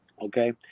Okay